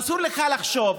אסור לך לחשוב,